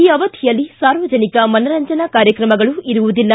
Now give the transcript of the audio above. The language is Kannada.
ಈ ಅವಧಿಯಲ್ಲಿ ಸಾರ್ವಜನಿಕ ಮನರಂಜನಾ ಕಾರ್ಯಕ್ರಮಗಳು ಇರುವುದಿಲ್ಲ